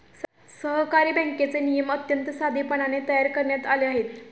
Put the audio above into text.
सहकारी बँकेचे नियम अत्यंत साधेपणाने तयार करण्यात आले आहेत